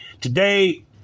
today